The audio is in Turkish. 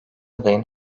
adayın